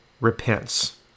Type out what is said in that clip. repents